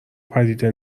پدیده